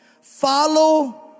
follow